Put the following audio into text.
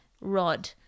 rod